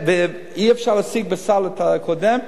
ואי-אפשר להשיג בסל את הקודם,